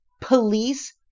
police